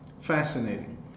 fascinating